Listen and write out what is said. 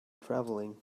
traveling